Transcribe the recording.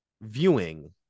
viewing